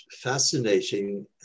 fascinating